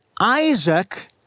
Isaac